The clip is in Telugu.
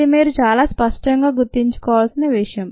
ఇది మీరు చాలా స్పష్టంగా గుర్తుంచుకోవలసిన విషయం